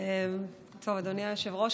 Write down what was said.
אדוני היושב-ראש,